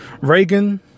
Reagan